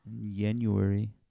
January